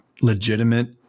legitimate